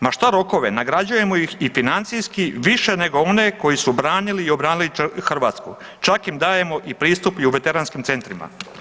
Ma šta rokove, nagrađujemo ih i financijski više nego one koji su branili i obranili Hrvatsku, čak im dajemo pristup i u Veteranskim centrima.